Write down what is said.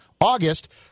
August